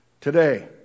today